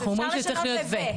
אנחנו אומרים שהוא צריך להיות "ו".